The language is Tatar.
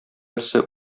берсе